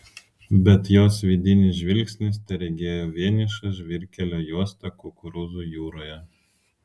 bet jos vidinis žvilgsnis teregėjo vienišą žvyrkelio juostą kukurūzų jūroje